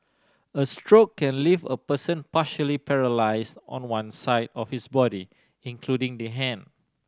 a stroke can leave a person partially paralysed on one side of his body including the hand